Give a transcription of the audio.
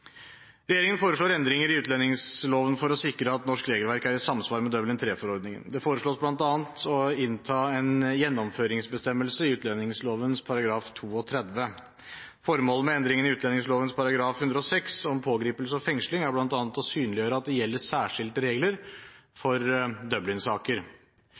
Regjeringen foreslår endringer i utlendingsloven for å sikre at norsk regelverk er i samsvar med Dublin III-forordningen. Det foreslås bl.a. å innta en gjennomføringsbestemmelse i utlendingsloven § 32. Formålet med endringen i utlendingsloven § 106 om pågripelse og fengsling er bl. a. å synliggjøre at det gjelder særskilte regler